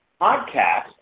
podcast